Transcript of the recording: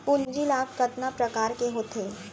पूंजी लाभ कतना प्रकार के होथे?